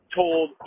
told